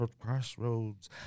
crossroads